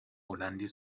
هلندی